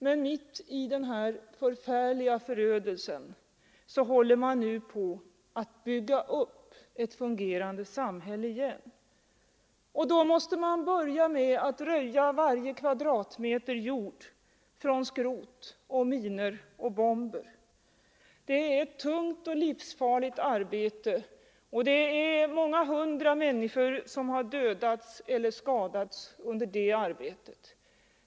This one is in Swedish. Men mitt i denna förfärliga förödelse håller man nu på att bygga upp ett fungerande samhälle igen. Då måste man börja med att röja varje kvadratmeter jord från skrot, minor och bomber. Det är ett tungt och livsfarligt arbete. Många hundra människor har dödats eller skadats under det arbetet.